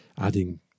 adding